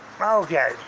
Okay